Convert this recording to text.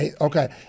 Okay